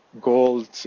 gold